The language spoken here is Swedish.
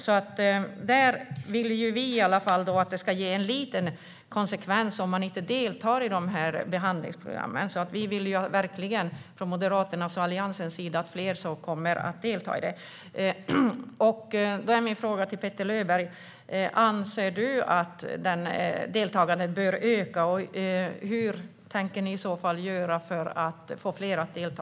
Vi vill i alla fall att det ska få en liten konsekvens om man inte deltar i behandlingsprogrammen, och vi vill verkligen från Moderaternas och Alliansens sida att fler kommer att delta. Mina frågor till Petter Löberg är: Anser du att deltagandet bör öka? Och hur tänker ni i så fall göra för att få fler att delta?